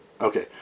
Okay